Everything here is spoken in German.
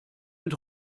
mit